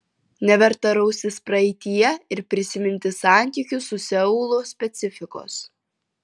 neverta raustis praeityje ir prisiminti santykių su seulu specifikos